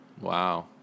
Wow